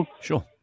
Sure